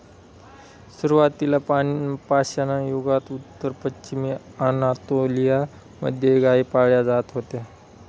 सुरुवातीला पाषाणयुगात उत्तर पश्चिमी अनातोलिया मध्ये गाई पाळल्या जात होत्या